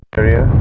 area